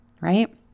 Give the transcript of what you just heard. right